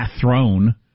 throne